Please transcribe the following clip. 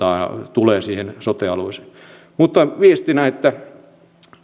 tulee siihen sote alueeseen mutta viestinä että